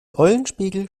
eulenspiegel